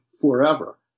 forever